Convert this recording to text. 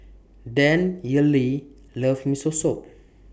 Danyelle loves Miso Soup